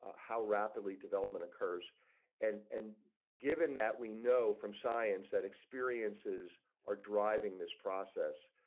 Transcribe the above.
how rapidly development occurs and and given that we know from science that experiences are driving this process.